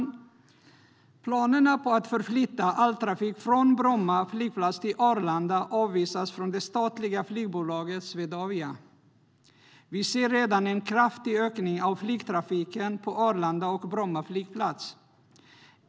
Planerna på att förflytta all trafik från Bromma flygplats till Arlanda avvisas från det statliga flygbolaget Swedavia. Vi ser redan en kraftig ökning av flygtrafiken på Arlanda och Bromma flygplats.